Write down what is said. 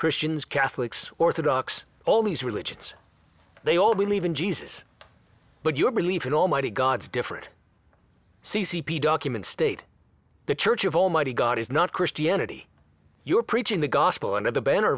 christians catholics orthodox all these religions they all believe in jesus but your belief in almighty god's different c c p documents state the church of almighty god is not christianity you are preaching the gospel under the banner